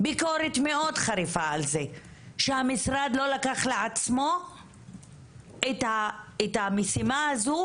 ביקורת מאוד חריפה על זה שהמשרד לא לקח לעצמו את המשימה הזו,